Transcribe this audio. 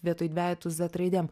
vietoj dvejetų zet raidėm